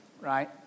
Right